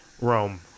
Rome